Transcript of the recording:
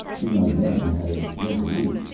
the young man had a resolute,